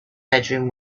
bedroom